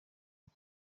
uku